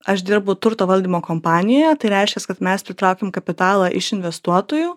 aš dirbu turto valdymo kompanijoje tai reiškias kad mes pritraukiam kapitalą iš investuotojų